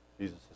Jesus